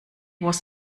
was